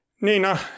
Nina